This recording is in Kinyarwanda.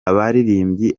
abaririmbyi